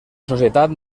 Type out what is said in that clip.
societat